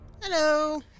Hello